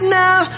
now